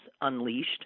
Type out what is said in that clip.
unleashed